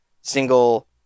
single